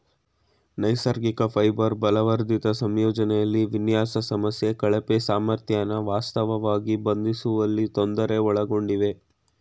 ನೈಸರ್ಗಿಕ ಫೈಬರ್ ಬಲವರ್ಧಿತ ಸಂಯೋಜನೆಲಿ ವಿನ್ಯಾಸ ಸಮಸ್ಯೆ ಕಳಪೆ ಸಾಮರ್ಥ್ಯನ ವಾಸ್ತವವಾಗಿ ಬಂಧಿಸುವಲ್ಲಿ ತೊಂದರೆ ಒಳಗೊಂಡಿವೆ